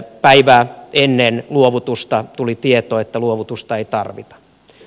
päivää ennen luovutusta tuli tieto että luovutusta ei tarvita